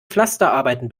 pflasterarbeiten